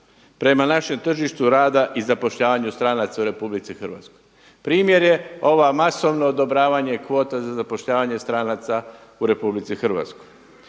prema našem tržištu rada i zapošljavanju stranaca u RH. Primjer je, ovo masovno odobravanje kvota za zapošljavanje stranaca u RH.